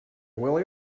will